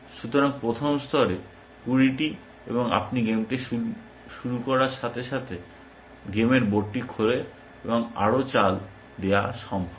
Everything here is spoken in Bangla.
সুতরাং প্রথম স্তরে 20 টি এবং আপনি গেমটি খেলতে শুরু করার সাথে সাথে গেমের বোর্ডটি খোলে এবং আরও চাল দেওয়া সম্ভব